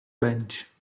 bench